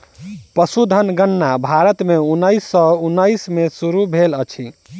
पशुधन गणना भारत में उन्नैस सौ उन्नैस में शुरू भेल अछि